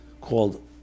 called